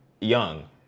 young